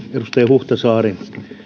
huhtasaari